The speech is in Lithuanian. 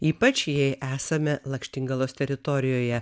ypač jei esame lakštingalos teritorijoje